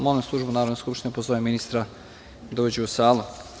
Molim Službu Narodne skupštine da pozove ministra da uđe u salu.